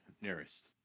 Nearest